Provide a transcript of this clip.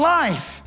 life